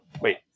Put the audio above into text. wait